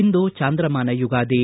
ಇಂದು ಚಾಂದ್ರಮಾನ ಯುಗಾದಿ